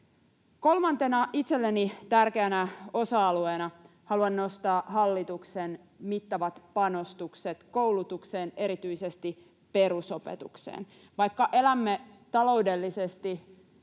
Kolmantena itselleni tärkeänä osa-alueena haluan nostaa hallituksen mittavat panostukset koulutukseen, erityisesti perusopetukseen. Vaikka elämme taloudellisesti